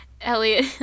Elliot